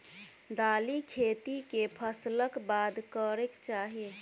दालि खेती केँ फसल कऽ बाद करै कऽ चाहि?